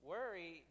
Worry